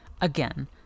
again